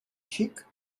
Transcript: xic